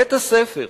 בית-הספר,